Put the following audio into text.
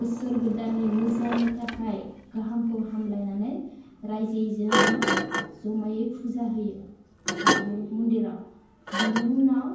बोसोर गोदाननि मोजांनि थाखाय गाहामखौ हामलायनानै राज्योयै जों मा ज'मायै फुजा होयो बाथौ मन्दिराव बिनि उनाव